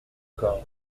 corps